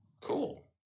Cool